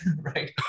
right